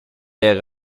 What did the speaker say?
est